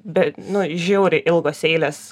bet nu žiauriai ilgos eilės